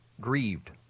grieved